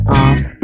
off